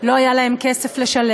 לא היה להם כסף לשלם,